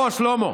בואו, שלמה,